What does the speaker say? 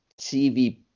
TV